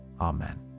Amen